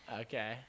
Okay